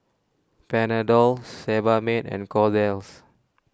Panadol Sebamed and Kordel's